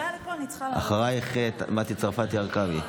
אחרייך, מטי צרפתי הרכבי.